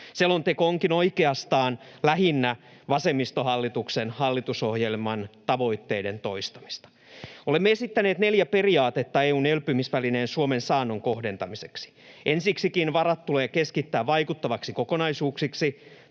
Selonteko onkin oikeastaan lähinnä vasemmistohallituksen hallitusohjelman tavoitteiden toistamista. Olemme esittäneet neljä periaatetta EU:n elpymisvälineen Suomen saannon kohdentamiseksi: Ensiksikin varat tulee keskittää vaikuttaviksi kokonaisuuksiksi.